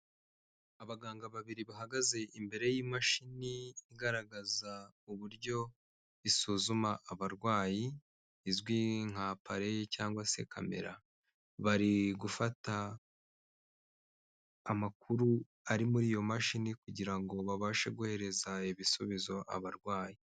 Abaganga babiri bahagaze imbere y'imashini igaragaza uburyo isuzuma abarwayi, izwi nka paleyi cyangwa se kamera, bari gufata amakuru ari muri iyo mashini kugira ngo babashe guhereza ibisubizo abarwayi.